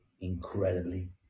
incredibly